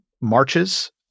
marches